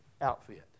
outfit